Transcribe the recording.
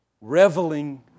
reveling